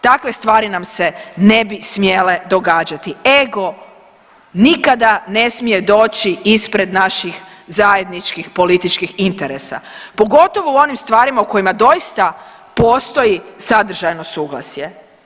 Takve stvari nam se ne bi smjele događati, ego nikada ne smije doći ispred naših zajedničkih političkih interesa pogotovo u onim stvarima u kojima doista postoji sadržajno suglasje.